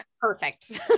perfect